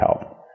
help